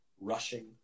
rushing